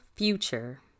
future